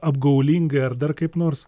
apgaulingai ar dar kaip nors